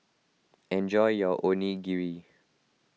enjoy your Onigiri